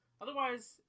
Otherwise